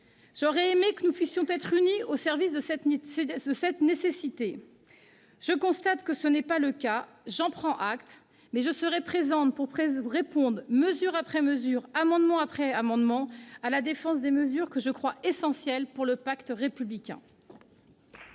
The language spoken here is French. J'aurais aimé que nous puissions être unis au service de cette nécessité. Je constate que ce n'est pas le cas. J'en prends acte, mais je serai présente pour défendre, mesure après mesure, amendement après amendement, des dispositions que je crois essentielles à l'affirmation du pacte républicain.